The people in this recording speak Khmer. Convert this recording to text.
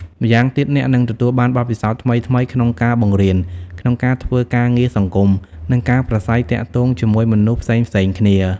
ម្យ៉ាងទៀតអ្នកនឹងទទួលបានបទពិសោធន៍ថ្មីៗក្នុងការបង្រៀន ក្នុងការធ្វើការងារសង្គម និងការប្រាស្រ័យទាក់ទងជាមួយមនុស្សផ្សេងៗគ្នា។